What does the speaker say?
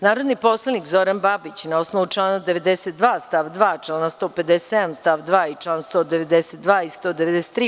Narodni poslanik Zoran Babić, na osnovu člana 92. stav 2, člana 157. stav 2. i čl. 192. i 193.